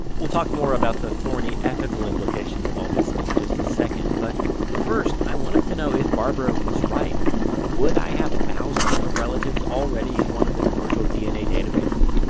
we'll talk more about all the thorny ethical implications of all this in just a second. but first, i wanted to know if barbara was right would i have thousands of relatives already in one of the commercial dna databases?